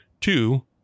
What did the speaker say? Two